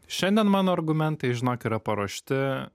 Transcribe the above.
šiandien mano argumentai žinok yra paruošti